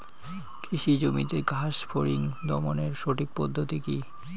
কৃষি জমিতে ঘাস ফরিঙ দমনের সঠিক পদ্ধতি কি?